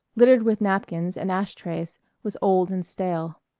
littered with napkins and ash-trays, was old and stale.